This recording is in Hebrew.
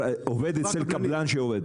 עובד אצל קבלן.